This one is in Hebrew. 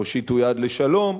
הושיטו יד לשלום,